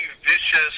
vicious